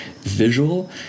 Visual